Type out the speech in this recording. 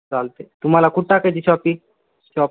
चालतं आहे तुम्हाला कुठं टाकायची आहे शॉपी शॉप